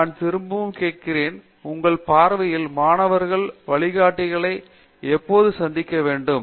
நான் திரும்பவும் கேட்கிறேன் உங்கள் பார்வையில் மாணவர்களுக்கு வழிகாட்டிகளை எப்போது சந்திக்க வேண்டும்